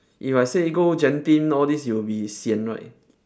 if I say go genting all this you'll be sian right